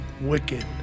Wicked